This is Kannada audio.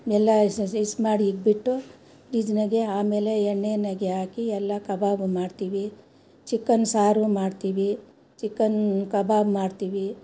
ಎಲ್ಲ ಇಕ್ಬಿಟ್ಟು ಫ್ರಿಡ್ಜಿನಾಗೆ ಆಮೇಲೆ ಎಣ್ಣೆಯಾಗೆ ಹಾಕಿ ಎಲ್ಲ ಕಬಾಬ್ ಮಾಡ್ತೀವಿ ಚಿಕನ್ ಸಾರು ಮಾಡ್ತೀವಿ ಚಿಕನ್ ಕಬಾಬ್ ಮಾಡ್ತೀವಿ